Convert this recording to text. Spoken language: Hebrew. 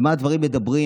על מה דברים מדברים,